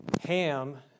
Ham